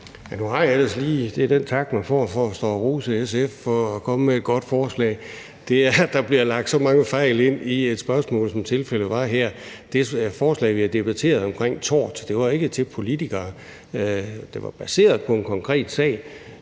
Bang Henriksen (V): Det er den tak, man får for at stå og rose SF for at komme med et godt forslag, altså at der bliver lagt så mange fejl ind i et spørgsmål, som tilfældet var her. Det forslag omkring tort, vi har debatteret, var ikke til politikere. Det var baseret på en konkret sag